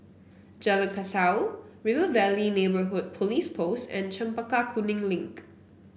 Jalan Kasau River Valley Neighbourhood Police Post and Chempaka Kuning Link